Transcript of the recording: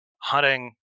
hunting